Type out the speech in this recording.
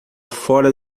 fora